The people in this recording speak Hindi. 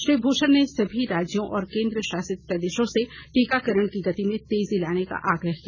श्री भूषण ने सभी राज्यों और केन्द्रशासित प्रदेशों से टीकाकरण की गति में तेजी लाने का आग्रह किया